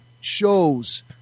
shows